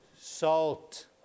Salt